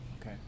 Okay